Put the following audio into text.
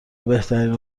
بهترین